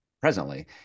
presently